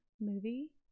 movie